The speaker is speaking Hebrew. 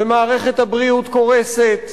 ומערכת הבריאות קורסת,